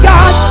God